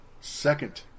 second